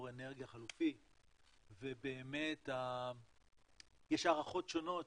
אנרגיה חלופי ובאמת יש הערכות שונות,